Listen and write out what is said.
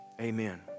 amen